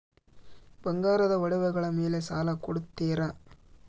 ಬಂಗಾರದ ಒಡವೆಗಳ ಮೇಲೆ ಸಾಲ ಕೊಡುತ್ತೇರಾ?